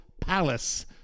Palace